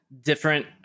different